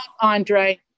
Andre